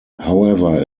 however